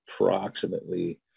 approximately